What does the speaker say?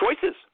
Choices